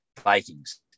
Vikings